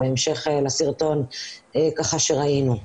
בהמשך לסרטון שראינו.